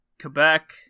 Quebec